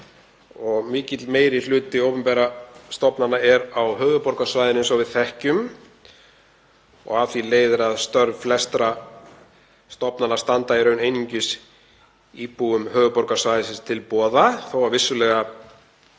Mikill meiri hluti opinberra stofnana er á höfuðborgarsvæðinu, eins og við þekkjum. Af því leiðir að störf flestra stofnana standa í raun einungis íbúum höfuðborgarsvæðisins til boða, þótt vissulega